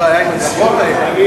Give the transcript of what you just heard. זו הבעיה עם הנסיעות האלה.